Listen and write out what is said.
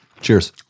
Cheers